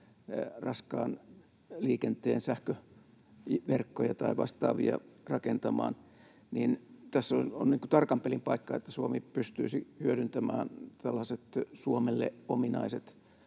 raskaan liikenteen sähköverkkoja tai vastaavia rakentamaan. Tässä on tarkan pelin paikka, että Suomi pystyisi hyödyntämään tällaiset Suomelle ominaiset